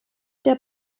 der